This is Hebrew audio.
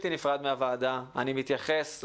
אני מתייחס לחברה הערבית כאדם,